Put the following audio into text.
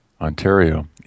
Ontario